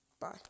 bye